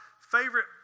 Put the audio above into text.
favorite